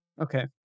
Okay